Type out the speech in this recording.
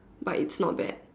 but it's not bad